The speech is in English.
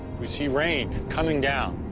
we see rain coming down.